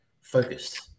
focused